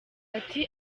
ati